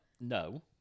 no